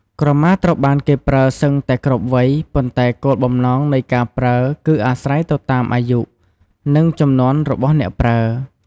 ក្រមាត្រូវបានគេប្រើសឹងតែគ្រប់វ័យ ប៉ុន្តែគោលបំណងនៃការប្រើគឺអាស្រ័យទៅតាមអាយុ និងជំនាន់របស់អ្នកប្រើ។